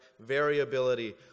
variability